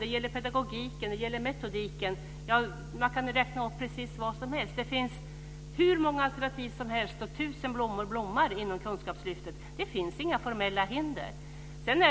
Det gäller pedagogiken. Det gäller metodiken. Man kan räkna upp precis vad som helst. Det finns hur många alternativ som helst, och tusen blommor blommar inom Kunskapslyftet. Det finns inga formella hinder.